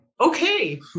okay